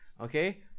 Okay